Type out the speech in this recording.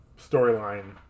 storyline